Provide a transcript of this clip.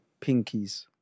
pinkies